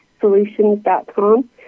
solutions.com